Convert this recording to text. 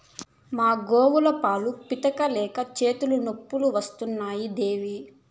మా గోవుల పాలు పితిక లేక చేతులు నొప్పులు వస్తున్నాయి దేవీ